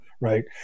Right